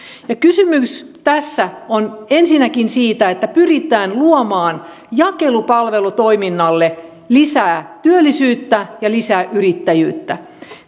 kysymys tässä on ensinnäkin siitä että pyritään luomaan jakelupalvelutoiminnalle lisää työllisyyttä ja lisää yrittäjyyttä